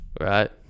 right